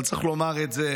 אבל צריך לומר את זה,